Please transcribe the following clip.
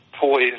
poised